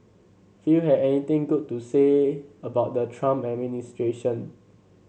few had anything good to say about the Trump administration